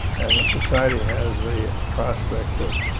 and the society has the prospect of